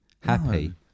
happy